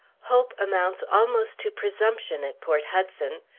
hope amounts almost to presumption at port hudson.